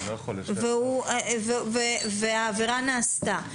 והעבירה נעשתה,